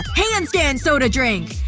handstand soda drink!